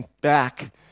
back